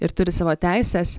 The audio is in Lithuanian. ir turi savo teises